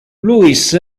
louis